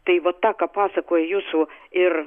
tai va tą ką pasakoja jūsų ir